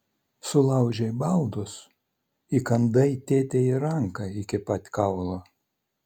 sulaužei baldus įkandai tėtei į ranką iki pat kaulo